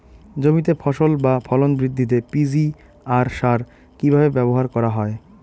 জমিতে ফসল বা ফলন বৃদ্ধিতে পি.জি.আর সার কীভাবে ব্যবহার করা হয়?